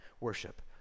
worship